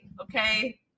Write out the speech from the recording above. okay